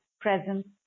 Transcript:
presence